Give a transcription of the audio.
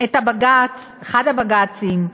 את הבג"ץ, אחד הבג"צים,